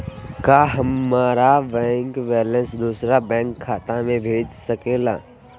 क्या हमारा bank balance दूसरे बैंक खाता में भेज सके ला?